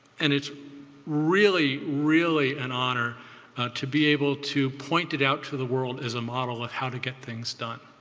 and it's really, really an honor to be able to point it out to the world as a model of how to get things done.